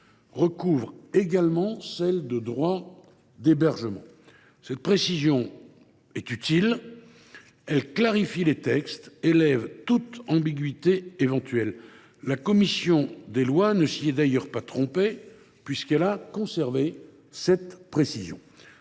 recouvre également celle de droit d’hébergement. Cette précision est utile : elle clarifie les textes et lève toute ambiguïté éventuelle. La commission des lois ne s’y est d’ailleurs pas trompée, puisqu’elle a conservé cette information.